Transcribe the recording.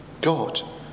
God